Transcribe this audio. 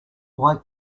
why